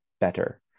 better